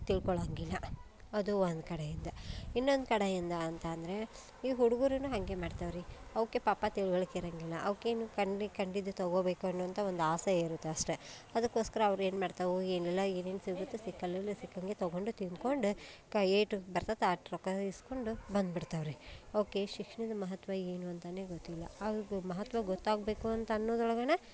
ತಿಳ್ಕೊಳ್ಳೋ ಹಂಗಿಲ್ಲ ಅದು ಒಂದು ಕಡೆಯಿಂದ ಇನ್ನೊಂದು ಕಡೆಯಿಂದ ಅಂತ ಅಂದರೆ ಈ ಹುಡುಗರೂನು ಹಾಗೆ ಮಾಡ್ತವೆ ರೀ ಅವಕ್ಕೆ ಪಾಪ ತಿಳಿವಳಿಕೆ ಇರೋಂಗಿಲ್ಲ ಅವಕ್ಕೇನು ಕಂಡ ಕಂಡಿದ್ದು ತೊಗೊಬೇಕು ಅನ್ನುವಂಥ ಒಂದು ಆಸೆ ಇರುತ್ತೆ ಅಷ್ಟೇ ಅದಕ್ಕೋಸ್ಕರ ಅವ್ರು ಏನು ಮಾಡ್ತವೆ ಎಲ್ಲೆಲ್ಲ ಏನೇನು ಸಿಗುತ್ತೋ ಸಿಕ್ಕಲ್ಲೂನು ಸಿಕ್ಕಂಗೆ ತೊಗೊಂಡು ತಿಂದ್ಕೊಂಡು ಕ ಎಷ್ಟು ಬರ್ತೈತೆ ಅಟ್ ರೊಕ್ಕ ಇಸ್ಕೊಂಡು ಬಂದುಬಿಡ್ತವೆ ರೀ ಅವಕ್ಕೆ ಶಿಕ್ಷಣದ ಮಹತ್ವ ಏನು ಅಂತಲೇ ಗೊತ್ತಿಲ್ಲ ಅವ್ರಿಗೆ ಮಹತ್ವ ಗೊತ್ತಾಗಬೇಕು ಅಂತ ಅನ್ನೋದ್ರೊಳಗೆನ